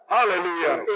Hallelujah